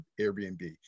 Airbnb